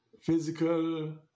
physical